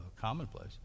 commonplace